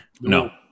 No